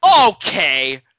okay